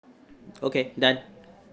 okay done